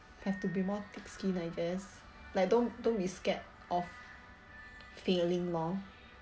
have to be more thick skin I guess like don't don't be scared of failing lor